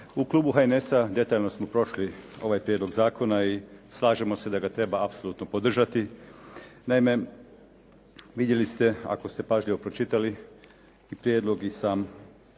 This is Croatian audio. U klubu HNS-a detaljno smo prošli ovaj prijedlog zakona i slažemo se da ga treba apsolutno podržati. Naime, vidjeli ste ako ste pažljivo pročitali prijedlog i sam